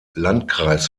landkreis